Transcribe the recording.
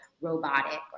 robotic